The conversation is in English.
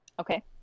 Okay